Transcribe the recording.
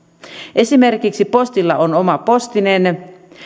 esimerkiksi postilla on oma postinen